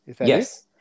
Yes